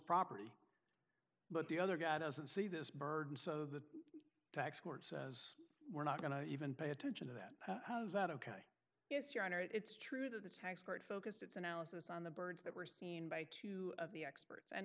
property but the other guy doesn't see this bird and so the tax court says we're not going to even pay attention to that how's that ok it's your honor it's true that the tax court focused its analysis on the birds that were seen by two of the experts and